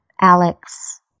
Alex